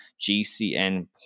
GCN